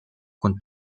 con